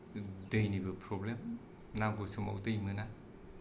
जों दैनिबो प्रब्लेम नांगौ समाव दै मोना